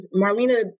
Marlena